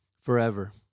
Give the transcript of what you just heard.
Forever